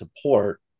support